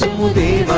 will be